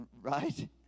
right